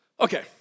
Okay